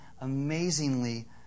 amazingly